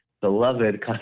beloved